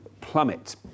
plummet